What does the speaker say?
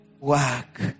work